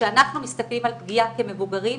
כשאנחנו מסתכלים על פגיעה כמבוגרים,